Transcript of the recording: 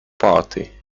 party